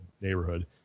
neighborhood